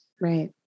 Right